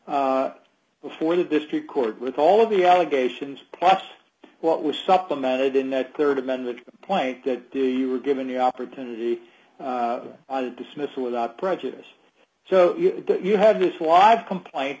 before the district court with all of the allegations plus what was supplemented in that rd amend the point that you were given the opportunity dismissal without prejudice so you had this was compliant